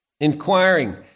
inquiring